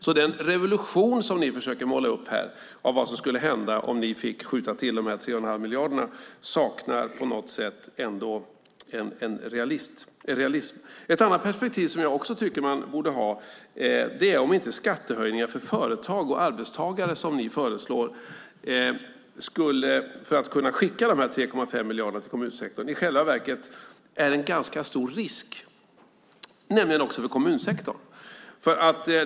Ni målar upp en bild av den revolution det skulle bli om ni fick skjuta till dessa 3,5 miljarder, men den bilden saknar realism. Ett annat perspektiv som jag också tycker att man borde ha är om inte de skattehöjningar för företag och arbetstagare som ni föreslår för att kunna skicka dessa 3,5 miljarder till kommunsektorn i själva verket är en ganska stor risk för kommunsektorn.